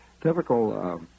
typical